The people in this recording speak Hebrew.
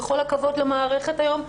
בכל הכבוד למערכת היום,